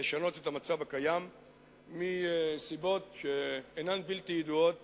לשנות את המצב הקיים מסיבות שאינן בלתי ידועות